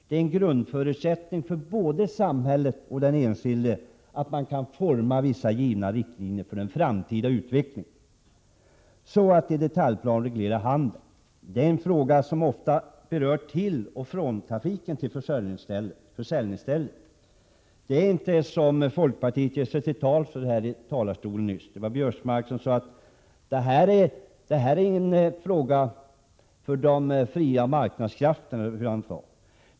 Det är en grundförutsättning både för samhället och för den enskilde att kunna forma vissa givna riktlinjer för den framtida utvecklingen. Så till frågan om att i detaljplan reglera handel. Det är en fråga som ofta berör trafiken till och från försäljningsstället. Det förhåller sig inte så, som folkpartiet genom Biörsmark nyss gjorde sig till tolk för i talarstolen, att detta är en fråga för de fria marknadskrafterna, eller hur han nu uttryckte sig.